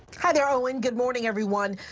heather o and good morning, everyone,